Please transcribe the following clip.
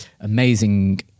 amazing